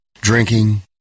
drinking